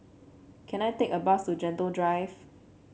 can I take a bus to Gentle Drive